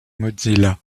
mozilla